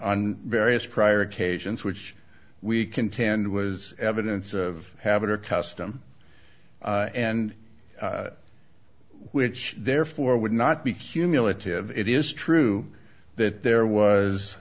on various prior occasions which we contend was evidence of habit or custom and which therefore would not be cumulative it is true that there was